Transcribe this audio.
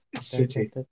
City